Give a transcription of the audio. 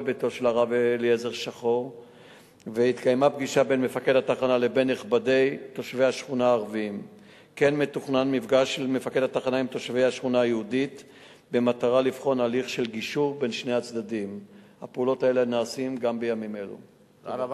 2. אם כן,